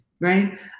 right